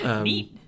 Neat